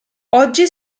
oggi